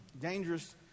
dangerous